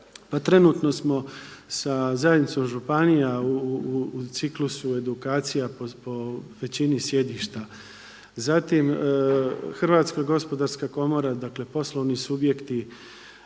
trenutno samo sa zajednicom županija u ciklusu edukacija po većini sjedišta, zatim HGK dakle poslovni subjekti